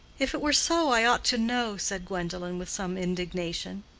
if it were so, i ought to know, said gwendolen, with some indignation.